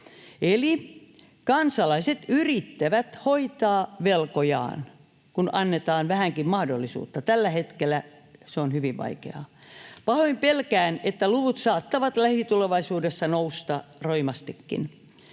Eli kansalaiset yrittävät hoitaa velkojaan, kun annetaan vähänkin mahdollisuutta, mutta tällä hetkellä se on hyvin vaikeaa. Pahoin pelkään, että luvut saattavat lähitulevaisuudessa nousta roimastikin.